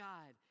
God